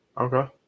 Okay